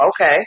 okay